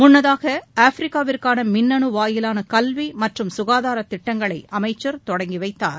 முன்னதாக ஆப்பிரிக்காவிற்கான மின்னனு வாயிலான கல்வி மற்றும் சுகாதார திட்டங்களை அமைச்சர் தொடங்கி வைத்தார்